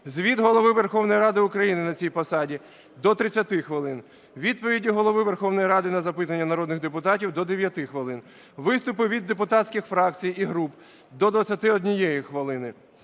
звіт Голови Верховної Ради України на цій посаді – до 30 хвилин, відповіді Голови Верховної Ради на запитання народних депутатів – до 9 хвилин, виступи від депутатських фракцій і груп – до 21 хвилини,